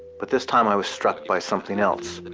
but this time i was struck by something else.